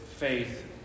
Faith